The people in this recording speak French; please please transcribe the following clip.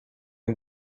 une